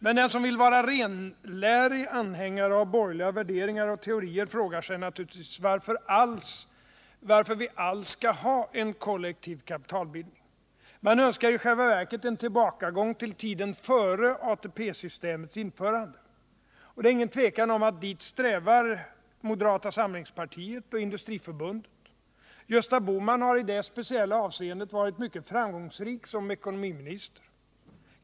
Men den som vill vara renlärig anhängare av borgerliga värderingar och teorier frågar sig naturligtvis varför vi alls skall ha en kollektiv kapitalbildning. Man önskar i själva verket en tillbakagång till tiden före ATP-systemets införande. Det är inget tvivel om att dit strävar moderata samlingspartiet och Industriförbundet. Gösta Bohman har i det speciella avseendet varit mycket framgångsrik som ekonomiminister.